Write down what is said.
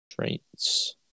Traits